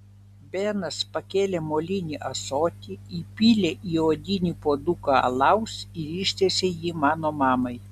benas pakėlė molinį ąsotį įpylė į odinį puoduką alaus ir ištiesė jį mano mamai